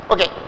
Okay